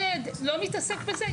כל ילד לא מתעסק בזה,